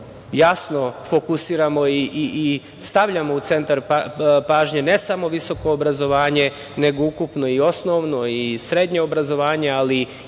jasno fokusiramo i stavljamo u centar pažnje ne samo visoko obrazovanje, nego ukupno i osnovno i srednje obrazovanje, ali i nauku